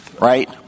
right